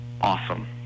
awesome